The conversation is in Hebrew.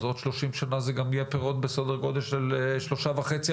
אז עוד שלושים שנה אלו יהיו פירות בסדר גודל של שלושה וחצי,